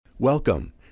Welcome